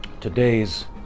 today's